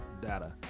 data